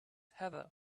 heather